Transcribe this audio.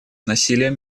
насилием